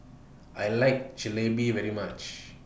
I like Jalebi very much